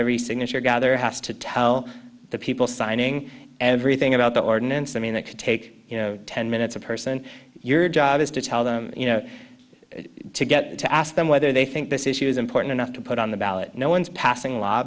every signature gather has to tell the people signing everything about the ordinance i mean it could take you know ten minutes a person your job is to tell them you know to get to ask them whether they think this issue is important enough to put on the ballot no one's passing a law